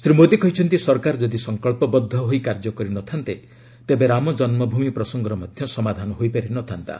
ଶ୍ରୀ ମୋଦୀ କହିଛନ୍ତି ସରକାର ଯଦି ସଂକଳ୍ପବଦ୍ଧ ହୋଇ କାର୍ଯ୍ୟ କରିନଥାନ୍ତେ ତେବେ ରାମଜନ୍ମଭୂମି ପ୍ରସଙ୍ଗର ମଧ୍ୟ ସମାଧାନ ହୋଇପାରି ନଥାନ୍ତା